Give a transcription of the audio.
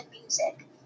music